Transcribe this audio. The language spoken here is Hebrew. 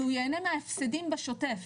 והוא ייהנה מההפסדים בשוטף.